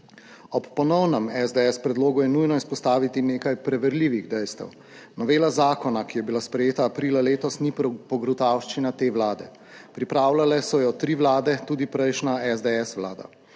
Ob ponovnem SDS predlogu je nujno izpostaviti nekaj preverljivih dejstev. Novela zakona, ki je bila sprejeta aprila letos ni pogruntavščina te vlade. Pripravljale so jo 3 vlade, tudi prejšnja SDS vlada.